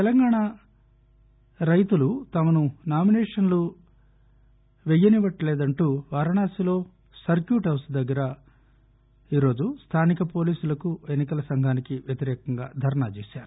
తెలంగాణ రైతులు తమను నామినేషన్లు వేయనివ్వట్లలేదని వారణాసిలో సర్క్యూట్ హౌజ్ దగ్గర ఈ రోజు స్థానిక పోలీసులకు ఎన్ని కల సంఘానికి వ్యతిరేకంగా ధర్నా చేశారు